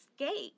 escape